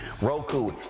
Roku